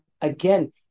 again